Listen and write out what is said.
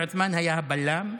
עלי עות'מאן היה הבלם.